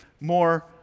more